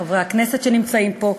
חברי הכנסת שנמצאים פה,